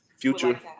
Future